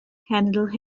cenedl